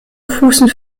fußen